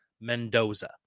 Mendoza